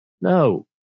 no